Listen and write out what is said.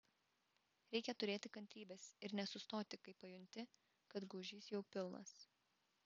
reikia turėti kantrybės ir nesustoti kai pajunti kad gūžys jau pilnas